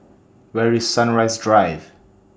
Where IS Sunrise Drive